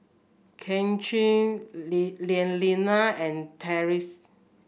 Kaycee Lee Lilianna and Tyreese